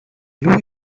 lui